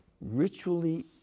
ritually